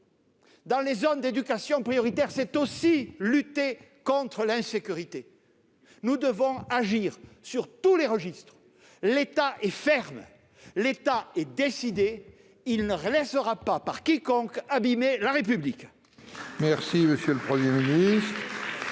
dans les zones d'éducation prioritaire, c'est aussi lutter contre l'insécurité. Nous devons agir sur tous les registres. L'État est ferme ; l'État est décidé : il ne laissera personne abîmer la République